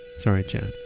sorry, chad